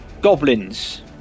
goblins